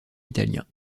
italien